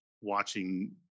watching